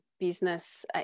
business